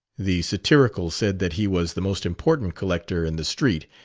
the satirical said that he was the most important collector in the street,